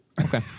Okay